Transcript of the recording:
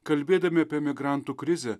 kalbėdami apie migrantų krizę